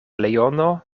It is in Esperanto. leono